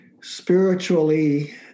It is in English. spiritually